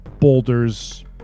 boulders